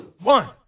one